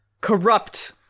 Corrupt